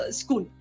school